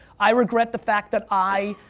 i regret the fact that i,